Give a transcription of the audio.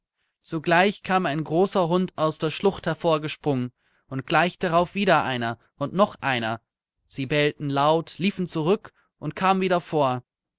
zugleich kam ein großer hund aus der schlucht hervorgesprungen und gleich darauf wieder einer und noch einer sie bellten laut liefen zurück und kamen wieder vor